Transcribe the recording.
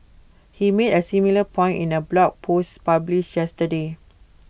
he made A similar point in A blog post published yesterday